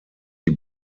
die